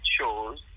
shows